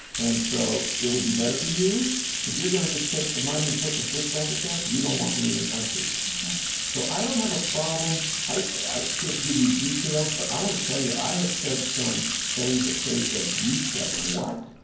and so it would be better for you if you're going to just take the money and put in a swiss bank account. you don't want me in your country ok so i don't have a problem. i can't give you details. but i want to tell you, i have said some things that kay said, you said what,